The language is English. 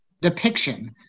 depiction